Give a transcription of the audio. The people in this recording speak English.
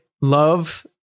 love